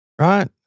Right